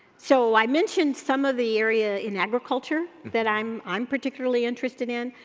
so, i mentioned some of the area in agriculture that i'm i'm particularly interested in.